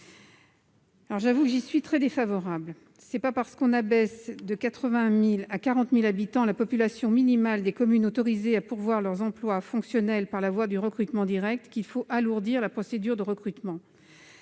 J'y suis très défavorable : ce n'est pas parce que l'on abaisse de 80 000 à 40 000 habitants la population minimale des communes autorisées à pourvoir leurs emplois fonctionnels par la voie du recrutement direct qu'il faut alourdir la procédure de recrutement.